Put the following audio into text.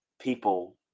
people